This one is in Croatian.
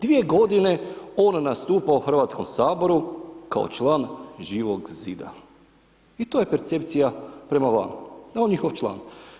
Dvije godine on nastupa u Hrvatskom saboru kao član Živog zida i to je percepcija prema van, da je on njihov član.